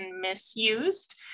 misused